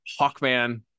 Hawkman